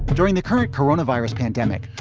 during the current coronavirus pandemic,